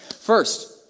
First